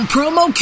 Promo